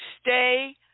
stay